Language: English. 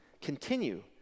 continue